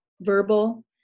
verbal